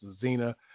Zena